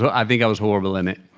but i think i was horrible in it.